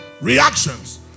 reactions